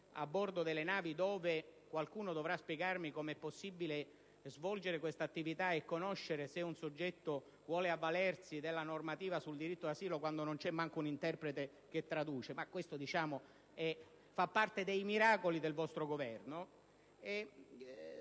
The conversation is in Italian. a bordo delle navi (e qualcuno dovrà spiegarmi com'è possibile svolgere tali attività e conoscere se un soggetto vuole avvalersi della normativa sul diritto di asilo quando a bordo non c'è nemmeno un interprete che traduce: ma questo fa parte dei miracoli del vostro Governo),